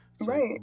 Right